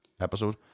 episode